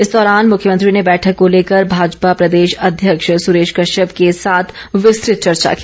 इस दौरान मुख्यमंत्री ने बैठक को लेकर भाजपा प्रदेश अध्यक्ष सुरेश कश्यप के साथ विस्तृत चर्चा की